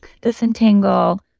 disentangle